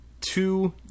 two